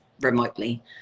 remotely